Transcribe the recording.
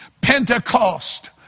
Pentecost